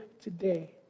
today